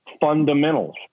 fundamentals